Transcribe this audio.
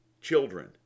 children